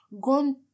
gone